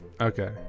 Okay